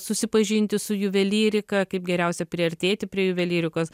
susipažinti su juvelyrika kaip geriausia priartėti prie juvelyrikos